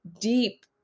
deep